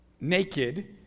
naked